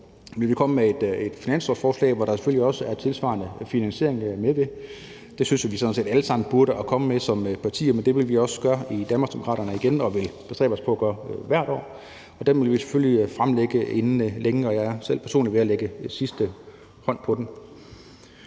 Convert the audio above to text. vil vi komme med et finanslovsforslag, hvor der selvfølgelig også er tilsvarende finansiering med. Det synes vi sådan set at alle partier burde komme med, og det vil vi også gøre i Danmarksdemokraterne igen. Det vil vi bestræbe os på at gøre hvert år, og det vil vi selvfølgelig fremlægge inden længe. Jeg er selv personligt ved at lægge sidste hånd på det.